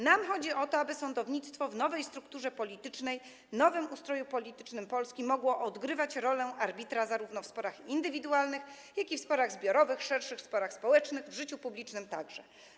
Nam chodzi o to, aby sądownictwo w nowej strukturze politycznej, nowym ustroju politycznym Polski mogło odgrywać rolę arbitra zarówno w sporach indywidualnych, jak i w sporach zbiorowych, szerszych sporach społecznych, w życiu publicznym także.